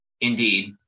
Indeed